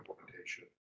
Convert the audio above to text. implementation